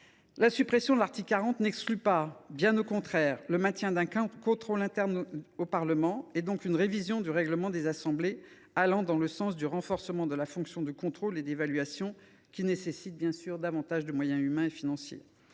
La suppression de l’article 40 de la Constitution n’exclut pas, bien au contraire, le maintien d’un contrôle interne au Parlement, donc une révision du règlement des assemblées allant dans le sens du renforcement de la fonction de contrôle et d’évaluation, ce qui nécessite, bien sûr, davantage de moyens humains et financiers.